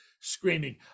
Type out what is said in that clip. screaming